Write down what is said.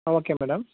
okay madam